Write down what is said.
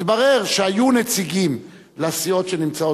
התברר שהיו נציגים לסיעות שנמצאות